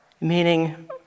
meaning